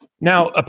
Now